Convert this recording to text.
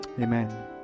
Amen